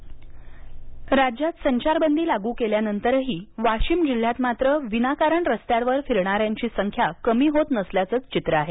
संचारबंदी स्थिती राज्यात संचारबंदी लागू केल्यानंतरही वाशिम जिल्ह्यात मात्र विनाकारण रस्त्यांवर फिरणाऱ्यांची संख्या कमी होत नसल्याचंच चित्र आहे